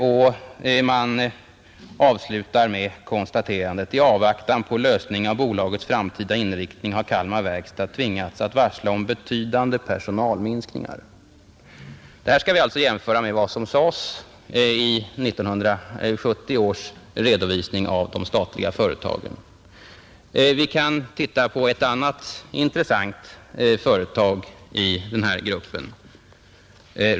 Och man avslutar med konstaterandet: ”I avvaktan på lösning av bolagets framtida inriktning har Kalmar Verkstad tvingats varsla om betydande personalminskningar.” Detta skall vi alltså jämföra med vad som sades i 1970 års redovisning av de statliga företagen. Vi kan titta på ett annat intressant företag i den här gruppen.